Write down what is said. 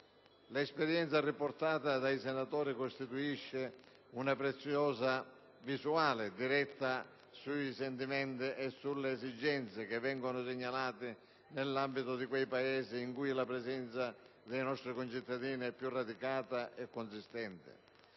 L'esperienza riportata dai senatori costituisce una preziosa visuale diretta sui sentimenti e sulle esigenze che vengono segnalate nell'ambito di quei Paesi in cui la presenza dei nostri concittadini è più radicata e consistente.